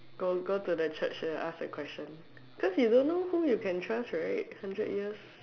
go go to the Church then ask the question cause you don't know who you can trust right hundred years